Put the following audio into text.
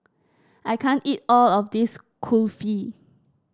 I can't eat all of this Kulfi